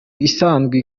isanzwe